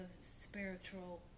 spiritual